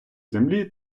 землі